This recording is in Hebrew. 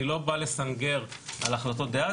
אני לא בא לסנגר על החלטות דאז,